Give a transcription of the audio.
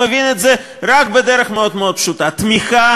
מבין את זה רק בדרך מאוד מאוד פשוטה: תמיכה